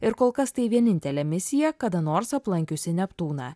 ir kol kas tai vienintelė misija kada nors aplankiusi neptūną